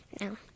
No